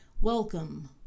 Welcome